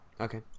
Okay